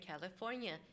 California